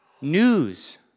News